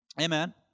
Amen